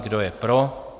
Kdo je pro?